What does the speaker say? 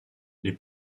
les